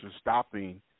stopping